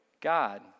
God